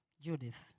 Judith